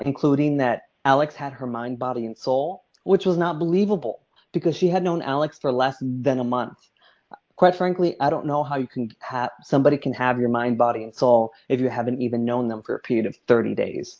including that alex had her mind body and soul which was not believable because she had known alex for less than a month quite frankly i don't know how you can pat somebody can have your mind body and soul if you haven't even known them for a period of thirty days